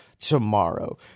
tomorrow